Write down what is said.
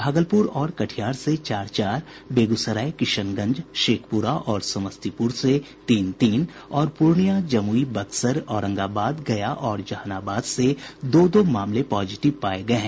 भागलपुर और कटिहार से चार चार बेगूसराय किशनगंज शेखपुरा और समस्तीपुर से तीन तीन और पूर्णिया जमुई बक्सर औरंगाबाद गया और जहानाबाद से दो दो मामले पॉजिटिव पाये गये हैं